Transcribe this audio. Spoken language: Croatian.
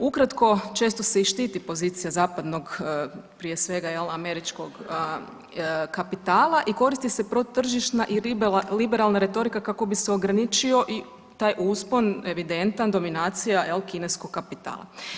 Ukratko, često se i štiti pozicija zapadnog prije svega jel američkog kapitala i koristi se protržišna i liberalna retorika kako bi se ograničio i taj uspon evidentan, dominacija jel kineskog kapitala.